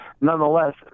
Nonetheless